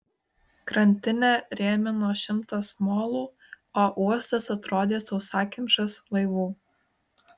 krantinę rėmino šimtas molų o uostas atrodė sausakimšas laivų